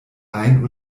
ein